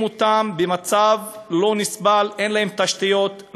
אותם במצב לא נסבל: אין להם תשתיות,